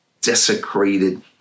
desecrated